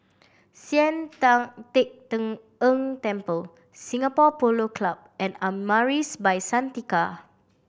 Sian Tan Teck Tng Ng Temple Singapore Polo Club and Amaris By Santika